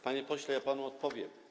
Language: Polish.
Panie pośle, ja panu odpowiem.